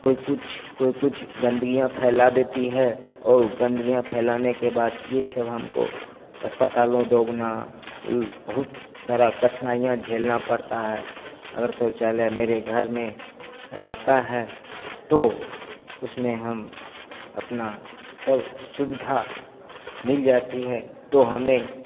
कोई कुछ कोई कुछ गन्दगियाँ फैला देता है और गन्दगियाँ फैलाने के बाद यह सब हमको अस्पताल दौड़ना उल बहुत सारी कठिनाइयाँ झेलनी पड़ती हैं अगर शौचालय मेरे घर में रहता है तो उसमें हम अपनी सब सुविधा मिल जाती है तो हमें